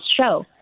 show